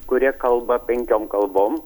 kurie kalba penkiom kalbom